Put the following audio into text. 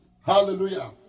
Hallelujah